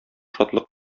шатлык